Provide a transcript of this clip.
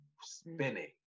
spinning